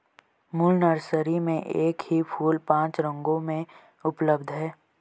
moon Nursery में एक ही फूल पांच रंगों में उपलब्ध है